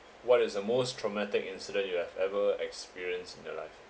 what is the most traumatic incident you have ever experienced in your life